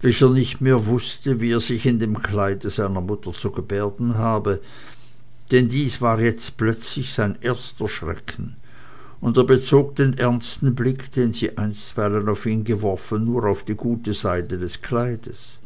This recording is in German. welcher nicht mehr wußte wie er sich in dem kleide seiner mutter zu gebärden habe denn dies war jetzt plötzlich sein erster schrecken und er bezog den ernsten blick den sie einstweilen auf ihn geworfen nur auf die gute seide dieses kleides